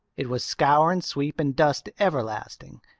it was scour and sweep and dust everlasting,